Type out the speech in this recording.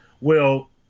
Well-